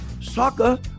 Soccer